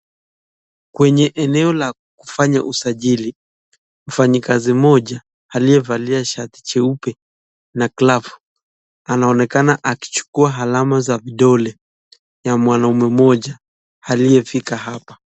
Kwenye eneo la kufanya usajili, mfanyikazi mmoja aliyevalia shati jeupe na glavu. Anaonekana akichukua alama za vidole ya mwanaume mmoja aliyefika hapa.